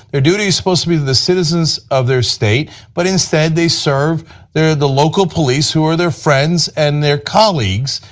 their duty is supposed to be to the citizens of their state but instead they serve the local police who are their friends and their colleagues.